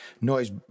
noise